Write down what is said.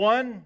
One